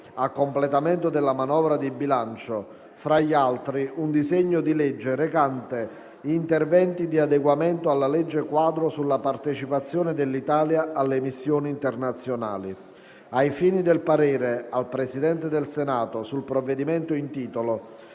a completamento della manovra di bilancio, fra gli altri, un disegno di legge recante "Interventi di adeguamento alla legge quadro sulla partecipazione dell'Italia alle missioni internazionali". Ai fini del parere al Presidente del Senato sul provvedimento in titolo,